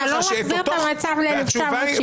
אתה לא מחזיר את המצב ל-1970.